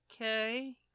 okay